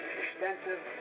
extensive